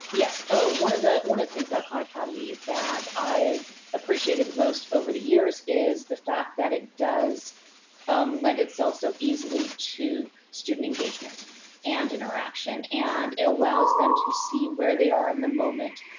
yes, oh one of one of the things about khan academy that i've appreciated the most over the years is the fact that it does lend itself so easily to student engagement and interaction. and it allows them to see where they are in the moment,